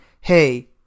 hey